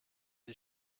die